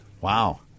Wow